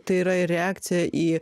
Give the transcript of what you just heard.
tai yra reakcija į